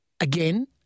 Again